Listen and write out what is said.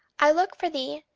i look for thee,